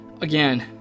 again